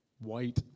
white